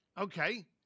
Okay